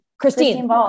Christine